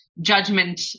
judgment